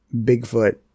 bigfoot